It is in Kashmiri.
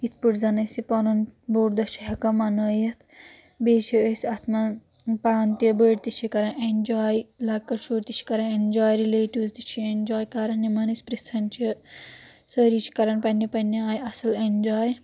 یتھ پٲٹھی زن اسہِ پَنُن بۆڑ دۄہ چھِ ہؠکان منٲیتھ بییٚہ چھِ أسی اتھ منٛز پانہٕ تہِ بٔڑۍ تہِ کران اؠنجاے لۄکٹۍ شُرۍ تہِ چھِ کران اؠنجاے رِلیٹیوز تہِ چھِ اؠنجاے کران یمن أسۍ پرٛژھان چھِ سٲری چھِ کران پنٕنہِ پننہِ آیہِ اَصٕل اؠنجاے